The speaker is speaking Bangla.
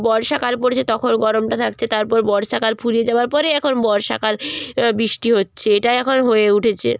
বর্ষাকাল পড়েছে তখন গরমটা থাকছে তারপর বর্ষাকাল ফুরিয়ে যাওয়ার পরে এখন বর্ষাকাল বৃষ্টি হচ্ছে এটাই এখন হয়ে উঠেছে